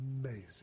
amazing